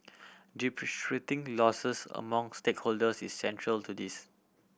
losses among stakeholders is central to this